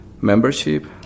membership